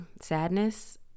sadness